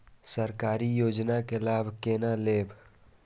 सरकारी योजना के लाभ केना लेब?